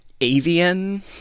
avian